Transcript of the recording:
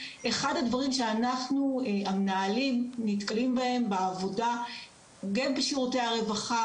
אחד הדברים שאנחנו המנהלים נתקלים בהם בעבודה גם בשירותי הרווחה,